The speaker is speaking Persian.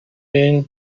این